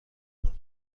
مهمان